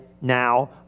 now